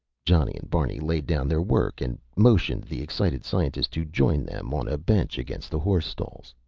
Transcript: johnny and barney laid down their work and motioned the excited scientist to join them on a bench against the horse stalls.